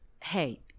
Hey